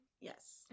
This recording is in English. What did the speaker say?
Yes